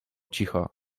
cicho